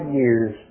years